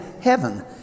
heaven